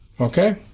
Okay